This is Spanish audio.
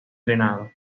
drenado